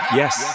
yes